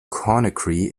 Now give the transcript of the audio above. conakry